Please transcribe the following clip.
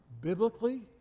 biblically